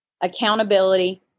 accountability